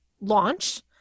launch